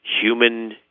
human